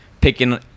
picking